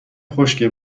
خشکه